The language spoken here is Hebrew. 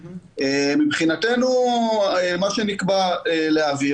מבחינתנו מה שנקבע להעביר,